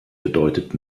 bedeutet